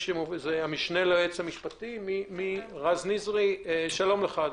רז נזרי, סגן היועץ המשפטי לממשלה, שלום לך.